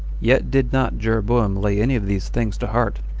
yet did not jeroboam lay any of these things to heart,